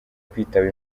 kwitaba